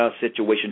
situation